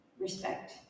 respect